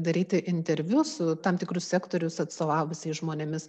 daryti interviu su tam tikrus sektorius atstovavusiais žmonėmis